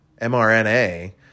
mRNA